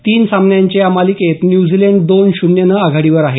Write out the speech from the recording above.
तीन सामन्यांच्या या मालिकेत न्यूझीलंड दोन शून्यनं आघाडीवर आहे